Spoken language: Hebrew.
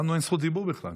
לנו אין זכות דיבור בכלל.